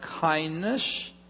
kindness